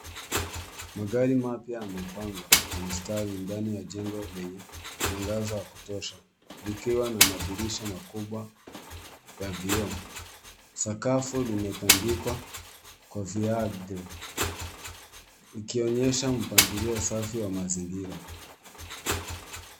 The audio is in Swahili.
Magari mapya yamepangwa kwa mstari, ndani ya jengo lenye mwangaza wa kutosha, likiwa na madirisha makubwa ya vioo. Sakafu limetundikwa kwa viadhe, ikionyesha mpangilio safi wa mazingira.